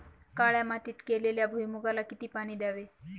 काळ्या मातीत केलेल्या भुईमूगाला किती पाणी द्यावे?